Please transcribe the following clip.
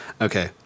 Okay